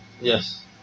Yes